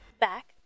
Back